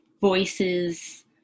voices